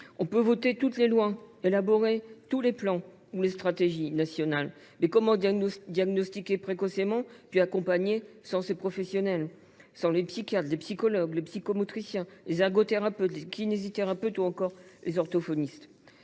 On pourra voter toutes les lois, élaborer tous les plans et imaginer toutes les stratégies nationales que l’on veut. Mais comment diagnostiquer précocement, puis accompagner les enfants sans ces professionnels, sans les psychiatres, les psychologues, les psychomotriciens, les ergothérapeutes, les kinésithérapeutes ou les orthophonistes ?